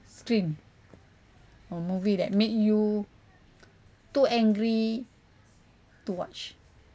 screen or movie that made you too angry to watch